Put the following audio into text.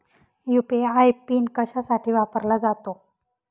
UPI PIN कशासाठी वापरला जातो?